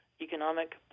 economic